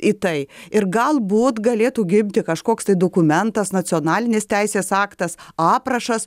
į tai ir galbūt galėtų gimti kažkoks tai dokumentas nacionalinės teisės aktas aprašas